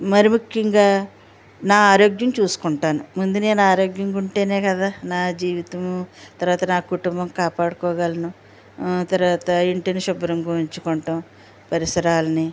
మరీముఖ్యంగా నా ఆరోగ్యం చూసుకుంటాను ముందు నేను ఆరోగ్యంగా ఉంటేనే కదా నా జీవితము తరువాత నా కుటుంబం కాపాడుకోగలను తరువాత ఇంటిని శుభ్రంగా ఉంచుకుంటుం పరిసరాలని